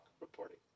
reporting